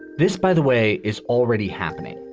this, by the way, is already happening.